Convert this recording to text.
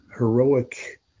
heroic